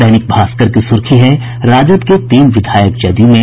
दैनिक भास्कर की सूर्खी है राजद के तीन विधायक जदयू में